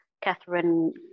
Catherine